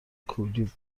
کولی